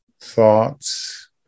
thoughts